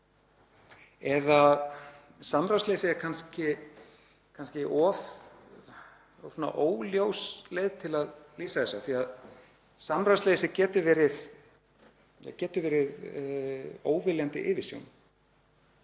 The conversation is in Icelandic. eða samráðsleysi er kannski of óljós leið til að lýsa þessu af því samráðsleysi getur verið óviljandi yfirsjón.